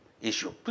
issue